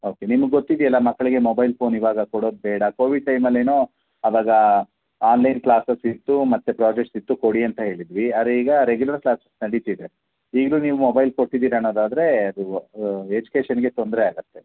okay ನಿಮ್ಗೆ ಗೊತ್ತಿದೆ ಅಲ್ಲ ಮಕ್ಕಳಿಗೆ ಮೊಬೈಲ್ ಫೋನ್ ಈವಾಗ ಕೊಡೋದು ಬೇಡ ಕೋವಿಡ್ ಟೈಮಲ್ಲೇನೋ ಆವಾಗ ಆನ್ಲೈನ್ ಕ್ಲಾಸಸ್ ಇತ್ತು ಮತ್ತು ಪ್ರಾಜೆಕ್ಟ್ಸ್ ಇತ್ತು ಕೊಡಿ ಅಂತ ಹೇಳಿದ್ವಿ ಆದ್ರೆ ಈಗ ರೆಗ್ಯುಲರ್ ಕ್ಲಾಸಸ್ ನಡಿತಿದೆ ಈಗಲೂ ನೀವು ಮೊಬೈಲ್ ಕೊಟ್ಟಿದ್ದೀರಿ ಅನ್ನೋದಾದ್ರೆ ಅದು ಎಜುಕೇಶನ್ಗೆ ತೊಂದರೆ ಆಗತ್ತೆ